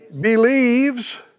Believes